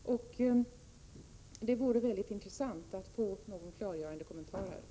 Det vore mycket intressant att få någon klargörande kommentar.